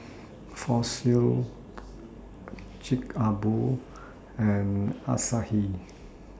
Fossil Chic A Boo and Asahi